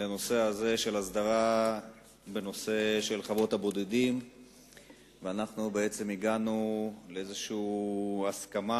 להסדרת חוות הבודדים ובעצם הגענו להסכמה